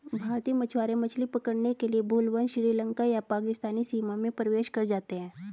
भारतीय मछुआरे मछली पकड़ने के लिए भूलवश श्रीलंका या पाकिस्तानी सीमा में प्रवेश कर जाते हैं